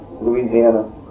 Louisiana